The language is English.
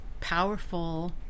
powerful